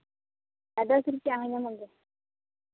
ᱟᱫᱟ ᱪᱟ ᱦᱚᱸ ᱧᱟᱢᱚᱜ ᱜᱮᱭᱟ